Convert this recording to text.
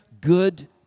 good